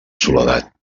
soledat